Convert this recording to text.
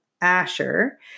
Asher